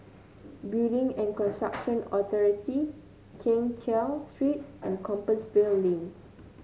Building and Construction Authority Keng Cheow Street and Compassvale Lane